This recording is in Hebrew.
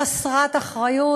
חסרת אחריות,